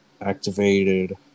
activated